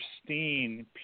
pristine